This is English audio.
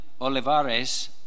Olivares